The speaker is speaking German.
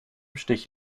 stich